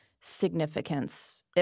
significance